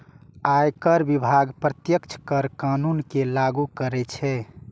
आयकर विभाग प्रत्यक्ष कर कानून कें लागू करै छै